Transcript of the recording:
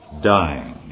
dying